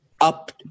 up